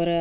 ஒரு